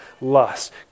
lust